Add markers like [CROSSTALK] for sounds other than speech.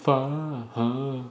fine [NOISE]